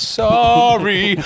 sorry